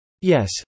Yes